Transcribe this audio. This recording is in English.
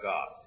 God